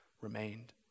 remained